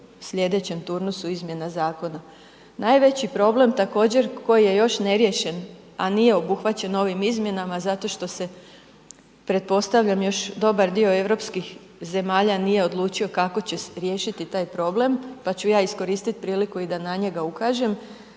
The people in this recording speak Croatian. slijedećem turnusu izmjena zakona. Najveći problem također koji je još neriješen a nije obuhvaćen ovim izmjenama zato što se pretpostavljam još dobar dio europskih zemalja nije odlučio kako će riješiti taj problem pa ću ja iskoristit priliku i da na njega ukažem